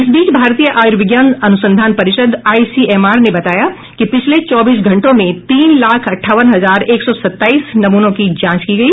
इस बीच भारतीय आयुर्विज्ञान अनुसंधान परिषद आईसीएमआर ने बताया कि पिछले चौबीस घंटों में तीन लाख अंठावन हजार एक सौ सत्ताईस नमूनों की जांच की गई